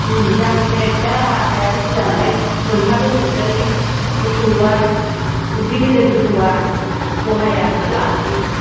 जागोन दे बिसोरना हायाबो बुरजा नालाय मोनखागोन जों बिसोरनि गोथौआ दुब्लि गेजेरनि गोथौआ दहाया बेखौ लानोसै